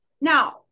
Now